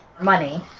money